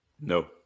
No